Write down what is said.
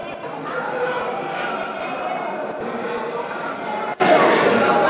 מסדר-היום את הצעת חוק כרטיסי חיוב (תיקון,